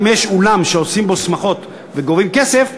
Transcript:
אם יש אולם שעושים בו שמחות וגובים כסף,